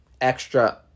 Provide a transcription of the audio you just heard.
extra